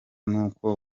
n’uko